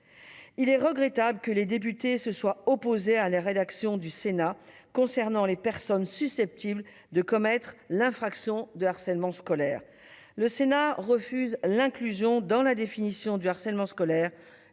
Il est regrettable que les députés se soient opposés à la rédaction du Sénat concernant les personnes susceptibles de commettre l'infraction de harcèlement scolaire. Le Sénat refuse l'inclusion dans la définition du harcèlement scolaire